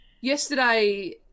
yesterday